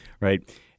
right